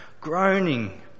groaning